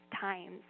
times